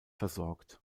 versorgt